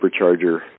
supercharger